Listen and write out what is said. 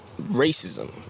racism